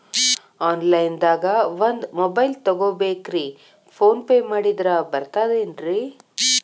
Online ದಾಗ ಒಂದ್ mobile ತಗೋಬೇಕ್ರಿ ಫೋನ್ ಪೇ ಮಾಡಿದ್ರ ಬರ್ತಾದೇನ್ರಿ?